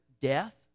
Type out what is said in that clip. death